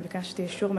אני ביקשתי אישור.